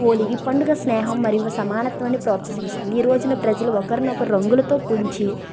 హోలీ ఈ పండుగ స్నేహం మరియు సమానత్వాన్ని ప్రోత్సహిస్తుంది ఈ రోజున ప్రజలు ఒకరినొకరు రంగులతో పుంచి